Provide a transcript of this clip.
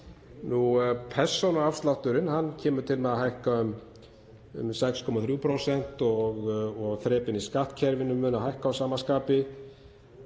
Persónuafslátturinn kemur til með að hækka um 6,3% og þrepin í skattkerfinu munu hækka að sama skapi.